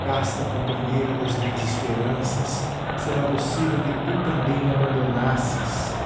casta companheira das minhas esperanças será possível que tu também me abandonasses